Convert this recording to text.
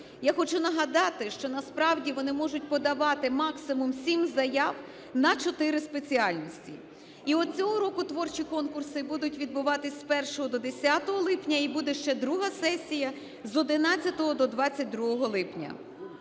Я хочу нагадати, що насправді вони можуть подавати максимум сім заяв на чотири спеціальності. І от цього року творчі конкурси будуть відбуватися з 1 до 10 липня, і буде ще друга сесія – з 11-го до 22 липня.